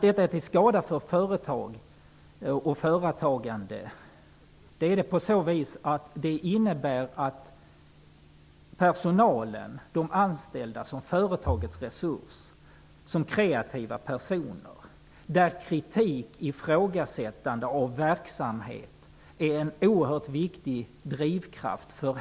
Detta är till skada för svenska företag och svensk företagsamhet på så vis att det innebär att personalens kritik hålls tillbaka och ersätts med tystnad, försiktighet och accepterande av villkor som man inte gillar.